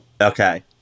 Okay